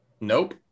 Nope